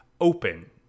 open